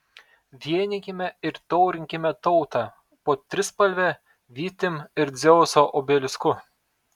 vienykime ir taurinkime tautą po trispalve vytim ir dzeuso obelisku